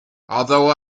although